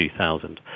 2000